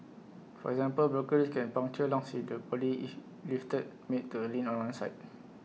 for example broken ribs can puncture lungs if the body is lifted made to lean on one side